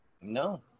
No